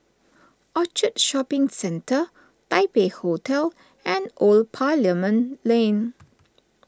Orchard Shopping Centre Taipei Hotel and Old Parliament Lane